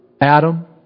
Adam